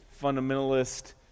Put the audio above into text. fundamentalist